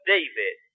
David